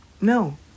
No